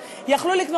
יכלו לגמור את החודש,